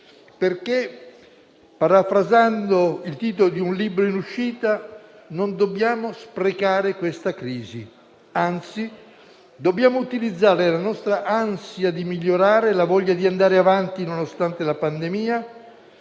perché, parafrasando il titolo di un libro in uscita, non dobbiamo sprecare questa crisi, anzi, dobbiamo utilizzare la nostra ansia di migliorare e la voglia di andare avanti nonostante la pandemia